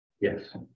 yes